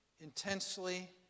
intensely